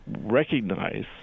recognize